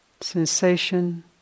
sensation